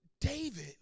David